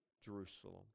Jerusalem